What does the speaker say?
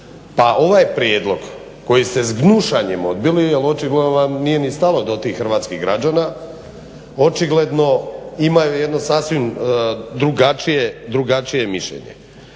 ovaj prijedlog koji ste s gnušanjem odbili jer očigledno vam nije ni stalo do tih hrvatskih građana, očigledno imaju jedno sasvim drugačije mišljenje.